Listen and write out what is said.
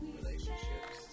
relationships